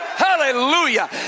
Hallelujah